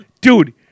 dude